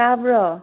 ꯇꯥꯕ꯭ꯔꯣ